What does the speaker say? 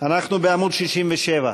עמוד 67,